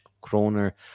kroner